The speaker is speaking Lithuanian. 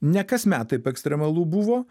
ne kasmet taip ekstremalu buvo